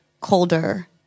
colder